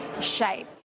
shape